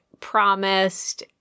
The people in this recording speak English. promised